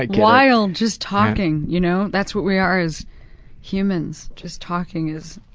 like while just talking, you know. that's what we are as humans, just talking is